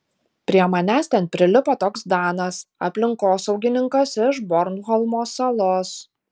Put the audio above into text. prie manęs ten prilipo toks danas aplinkosaugininkas iš bornholmo salos